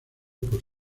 por